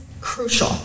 crucial